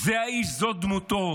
זה האיש, זאת דמותו.